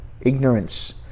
ignorance